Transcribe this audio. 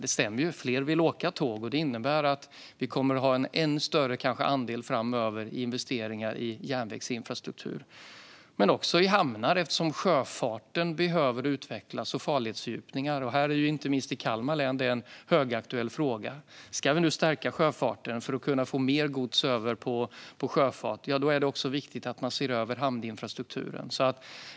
Det stämmer att fler vill åka tåg, och detta innebär att vi framöver kanske kommer att ha en ännu större andel investeringar i järnvägsinfrastruktur men också i hamnar, eftersom sjöfarten behöver utvecklas, och i farledsfördjupningar. Det är en högaktuell fråga inte minst i Kalmar län. Om vi ska stärka sjöfarten för att få över mer gods till den är det viktigt att se över hamninfrastrukturen.